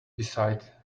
beside